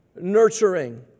nurturing